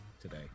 today